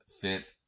fit